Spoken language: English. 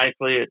nicely